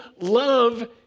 love